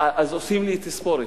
אז עושים לי תספורת,